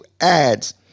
ads